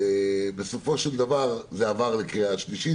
בסופו של דבר זה עבר לקריאה שלישית,